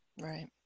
Right